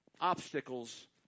obstacles